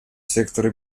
сектора